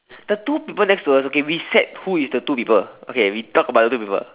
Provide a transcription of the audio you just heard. the two people next to us okay we sat okay who is the two people okay we talk about the two people